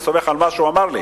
וסומך על מה שהוא אמר לי.